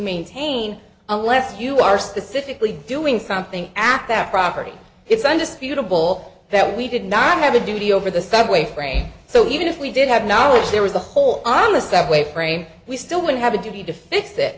maintain unless you are specifically doing something after that property it's undisputable that we did not have a duty over the subway train so even if we did have knowledge there was a hole on the subway frame we still would have a duty to fix it